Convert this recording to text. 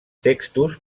textos